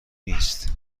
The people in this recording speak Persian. نیست